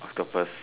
octopus